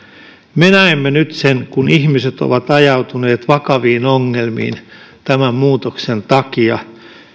me näemme nyt sen kun ihmiset ovat ajautuneet vakaviin ongelmiin tämän muutoksen takia